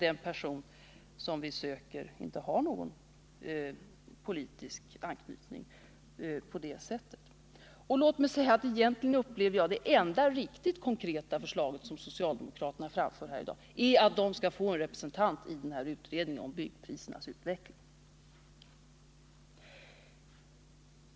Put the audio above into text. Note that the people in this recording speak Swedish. Den person som vi söker har inte någon politisk anknytning på det sättet. Men jag upplever att det enda riktigt konkreta förslag som socialdemokraterna framför här i dag egentligen är att de skall få en representant i utredningen om byggprisernas utveckling.